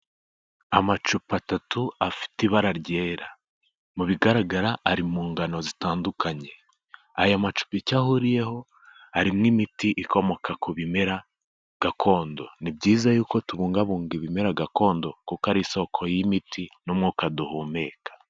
Amacupa atatu afite ibara ryera, mu bigaragara ari mu ngano zitandukanye, aya macupa icyo ahuriyeho arimo imiti ikomoka ku bimera gakondo, ni byiza yuko tubungabunga ibimera gakondo kuko ari isoko y'imiti n'umwuka duhumeka.